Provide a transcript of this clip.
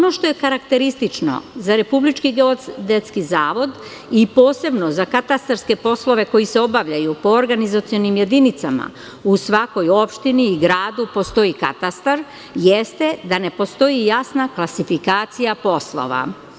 Ono što je karakteristično za RGZ i posebno za katastarske poslove koji se obavljaju po organizacionim jedinicama, u svakoj opštini i gradu postoji katastar, jeste da ne postoji jasna klasifikacija poslova.